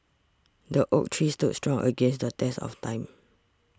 the oak tree stood strong against the test of time